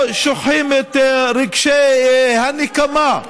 לא שוכחים את רגשי הנקמה,